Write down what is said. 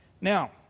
Now